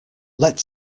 let